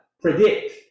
predict